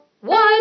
One